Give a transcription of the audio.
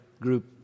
group